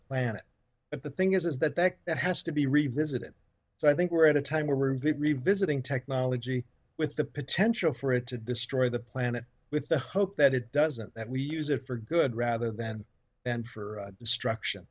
planet but the thing is is that that that has to be revisited so i think we're at a time where we're revisiting technology with the potential for it to destroy the planet with the hope that it doesn't that we use it for good rather than and for destruction